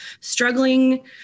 struggling